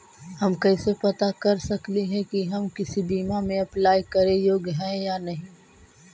हम कैसे पता कर सकली हे की हम किसी बीमा में अप्लाई करे योग्य है या नही?